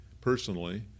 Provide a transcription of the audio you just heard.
personally